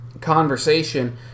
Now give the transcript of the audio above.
conversation